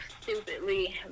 stupidly